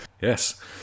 Yes